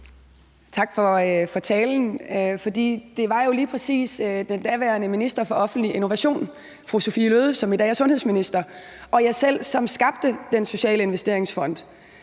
Tak for talen. Det var jo lige præcis den daværende minister for offentlig innovation fru Sophie Løhde, som i dag er sundhedsminister, og mig, som skabte Den Sociale Investeringsfond